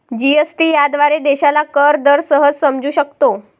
GST याद्वारे देशाला कर दर सहज समजू शकतो